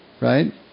right